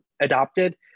adopted